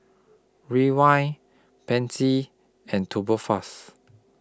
Ray Why Pansy and Tubifast